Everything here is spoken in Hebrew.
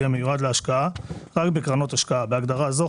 המיועד להשקעה רק בקרנות השקעה (בהגדרה זו,